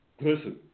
listen